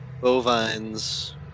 bovines